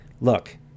look